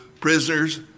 prisoners